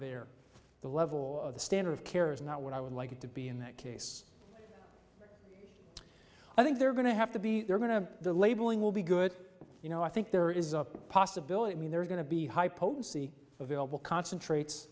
there the level of the standard of care is not what i would like it to be in that case i think they're going to have to be they're going to the labeling will be good you know i think there is a possibility i mean there are going to be high potency available concentrates